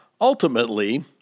Ultimately